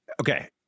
Okay